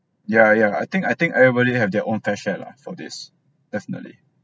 yeah yeah I think I think everybody have their own fair share lah for this definitely